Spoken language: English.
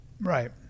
Right